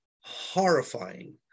horrifying